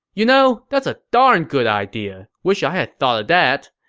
you know, that's ah darn good idea. wish i had thought of that.